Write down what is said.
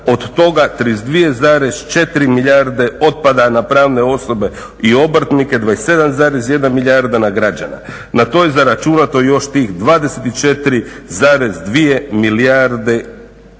od toga 32,4 milijarde otpada na pravne osobe i obrtnike, 27,1 milijarde na građane. Na to je zaračunato još tih 24,2 milijarde kuna